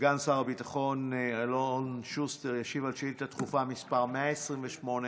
סגן שר הביטחון אלון שוסטר ישיב על שאילתה דחופה מס' 128,